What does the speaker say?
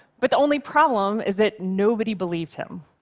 but the only problem is that nobody believed him,